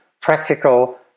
practical